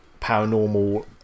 paranormal